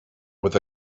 with